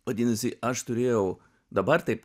vadinasi aš turėjau dabar taip